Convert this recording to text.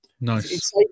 Nice